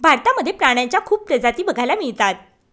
भारतामध्ये प्राण्यांच्या खूप प्रजाती बघायला मिळतात